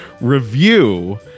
review